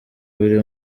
biri